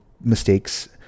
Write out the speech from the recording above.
mistakes